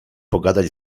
pogadać